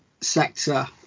sector